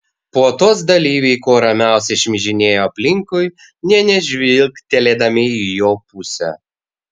puotos dalyviai kuo ramiausiai šmižinėjo aplinkui nė nežvilgtelėdami į jo pusę